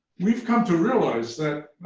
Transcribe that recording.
we've come to realize that